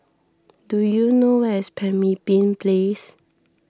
do you know where is Pemimpin Place